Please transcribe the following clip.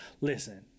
listen